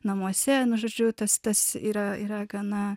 namuose nu žodžiu tas tas yra yra gana